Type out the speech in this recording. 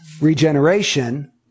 regeneration